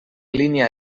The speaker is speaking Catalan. línia